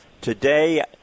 today